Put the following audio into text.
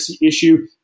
issue